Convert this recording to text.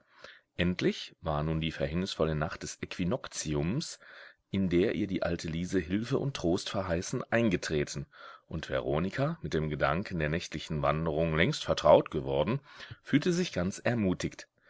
endlich war nun die verhängnisvolle nacht des äquinoktiums in der ihr die alte liese hilfe und trost verheißen eingetreten und veronika mit dem gedanken der nächtlichen wanderung längst vertraut geworden fühlte sich ganz ermutigt